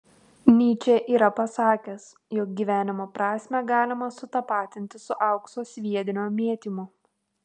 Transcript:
nyčė yra pasakęs jog gyvenimo prasmę galima sutapatinti su aukso sviedinio mėtymu